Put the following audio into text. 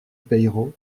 peiro